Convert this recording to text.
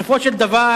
בסופו של דבר,